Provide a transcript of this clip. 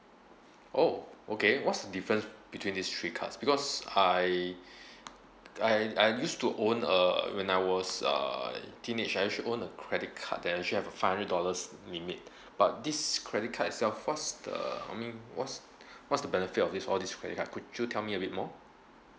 oh okay what's the difference between these three cards because I I I used to own a when I was uh teenage I actually own a credit card that actually have a five hundred dollars limit but this credit card itself what's the I mean what's what's the benefit of this all these credit card could you tell me a bit more